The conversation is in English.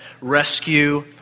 rescue